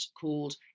called